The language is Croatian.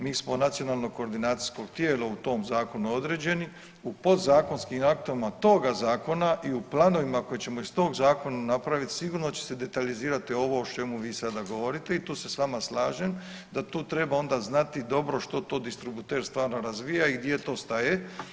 Mi smo nacionalno koordinacijsko tijelo u tom zakonu određeni, u podzakonskim aktom toga zakona i u planovima koje ćemo iz toga zakona napravit sigurno će se detaljizirat ovo o čemu vi sada govorite i tu se s vama slažem da tu treba onda znati dobro što to distributer stvarno razvija i gdje to staje.